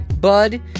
bud